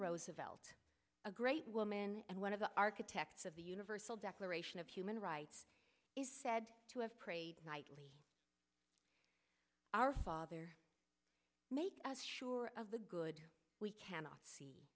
roosevelt a great woman and one of the architects of the universal declaration of human rights is said to have prayed nightly our father make sure of the good we cannot see